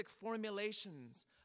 formulations